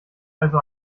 also